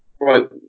Right